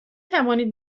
توانید